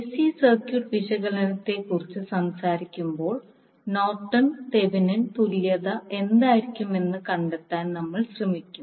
AC circuit വിശകലനത്തെക്കുറിച്ച് സംസാരിക്കുമ്പോൾ Norton Norton's തെവെനിൻThevinin's തുല്യത എന്തായിരിക്കുമെന്ന് കണ്ടെത്താൻ നമ്മൾ ശ്രമിക്കും